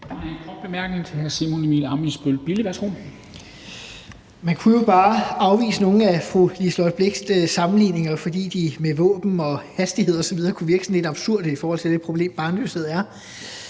Værsgo. Kl. 12:42 Simon Emil Ammitzbøll-Bille (UFG): Man kunne jo bare afvise nogle af fru Liselott Blixts sammenligninger, fordi det med våben, hastighed osv. kunne virke sådan lidt absurde i forhold til det problem, barnløshed er.